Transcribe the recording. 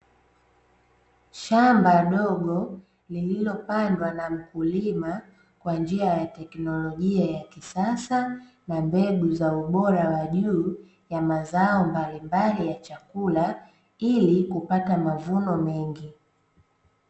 Shamba dogo, lililopandwa na mkulima kwa njia ya teknolojia ya kisasa na mbegu za ubora wa juu ya mazao mbalimbali ya chakula ili kupata mavuno mengi.